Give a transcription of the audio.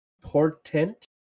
Portent